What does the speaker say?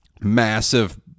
massive